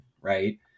right